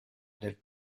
del